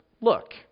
Look